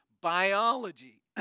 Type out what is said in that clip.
Biology